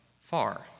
far